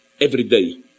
everyday